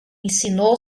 ensinou